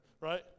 right